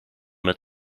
met